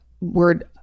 word